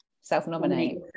self-nominate